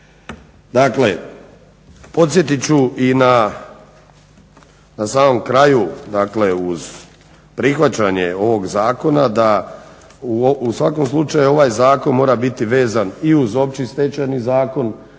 Dakle, podsjetit ću i na samom kraju, dakle uz prihvaćanje ovog zakona, da u svakom slučaju ovaj zakon mora biti vezan i uz Opći stečajni zakon,